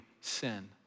sin